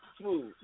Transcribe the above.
smooth